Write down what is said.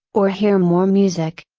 or hear more music.